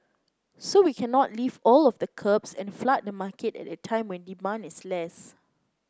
so we cannot lift all of the curbs and flood the market at a time when demand is less